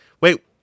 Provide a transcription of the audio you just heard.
Wait